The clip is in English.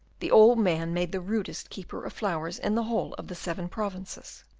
the old man made the rudest keeper of flowers in the whole of the seven provinces.